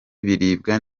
ibiribwa